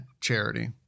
charity